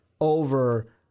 over